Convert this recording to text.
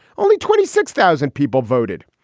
only twenty six thousand people voted.